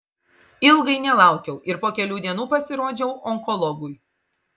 ilgai nelaukiau ir po kelių dienų pasirodžiau onkologui